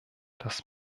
das